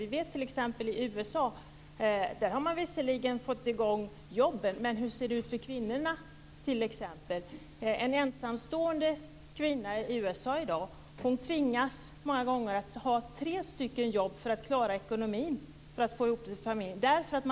Vi vet att man visserligen har fått fram jobb i USA, men hur ser det t.ex. ut för kvinnorna? En ensamstående kvinna i USA tvingas många gånger att ha tre jobb för att klara ekonomin och få ihop pengar till familjen.